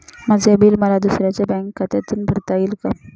माझे बिल मला दुसऱ्यांच्या बँक खात्यातून भरता येईल का?